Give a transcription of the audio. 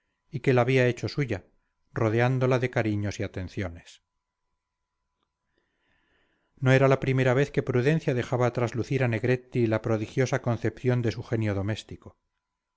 y que la había hecho suya rodeándola de cariños y atenciones no era la primera vez que prudencia dejaba traslucir a negretti la prodigiosa concepción de su genio doméstico